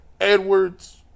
Edwards